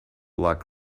look